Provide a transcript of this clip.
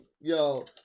Yo